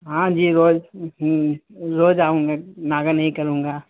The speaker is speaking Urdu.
ہاں جی روز روز آؤں گا نہیں کروں گا